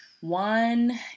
one